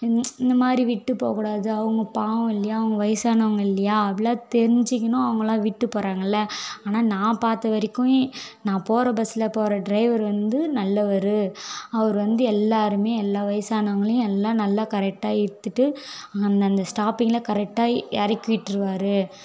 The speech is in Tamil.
இந் இந்த மாதிரி விட்டு போககூடாது அவங்க பாவம் இல்லையா அவங்க வயசானவங்க இல்லையா அப்படிலாம் தெரிஞ்சிக்கணும் அவங்கள்லாம் விட்டு போகிறாங்கள ஆனால் நான் பார்த்த வரைக்கும் நான் போகிற பஸ்ஸில் போகிற ட்ரைவரு வந்து நல்லவர் அவர் வந்து எல்லோருமே எல்லா வயசானவங்களையும் எல்லாம் நல்லா கரெக்டாக ஏற்றிட்டு அந்த அந்த ஸ்டாப்பிங்கில் கரெக்டாக இறக்கிவிட்ருவாரு